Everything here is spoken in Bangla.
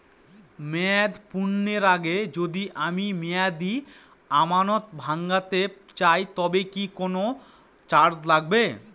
মেয়াদ পূর্ণের আগে যদি আমি মেয়াদি আমানত ভাঙাতে চাই তবে কি কোন চার্জ লাগবে?